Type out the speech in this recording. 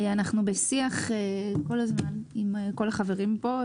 אנחנו בשיח כל הזמן עם כל החברים פה,